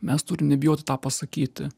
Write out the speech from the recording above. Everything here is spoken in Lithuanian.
mes turim nebijoti tą pasakyti